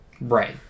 Right